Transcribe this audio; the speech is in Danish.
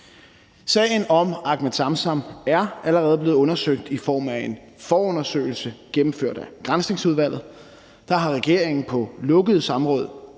Sagen om Ahmed Samsam er allerede blevet undersøgt i form af en forundersøgelse gennemført af Granskningsudvalget. Der har regeringen på flere lukkede samråd